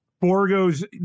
Borgo's